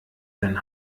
denn